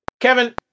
Kevin